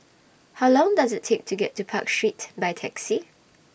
How Long Does IT Take to get to Park Street By Taxi